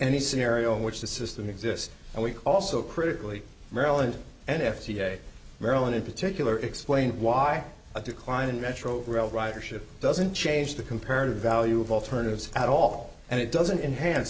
any scenario in which the system exists and we also critically maryland and if ca maryland in particular explained why a decline in metro rail ridership doesn't change the comparative value of alternatives at all and it doesn't enhance